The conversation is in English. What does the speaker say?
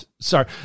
Sorry